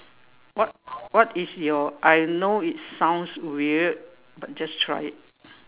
what what is your I know it sounds weird but just try it